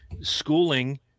schooling